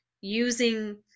using